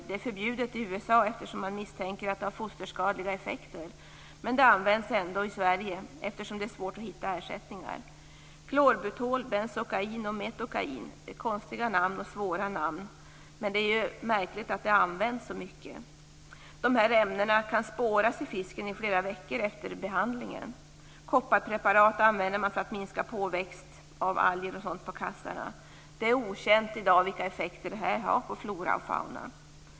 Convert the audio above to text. Det är förbjudeti USA, eftersom man misstänker att det kan skada foster, men det används ändå i Sverige, eftersom det är svårt att hitta ersättningar. Klorbutol, benzokain och metokain används mycket. Dessa ämnen kan spåras i fisken flera veckor efter behandlingen. Kopparpreparat används för att minska påväxt av alger och annat på kassarna. Det är i dag okänt vilka effekter detta har på flora och fauna.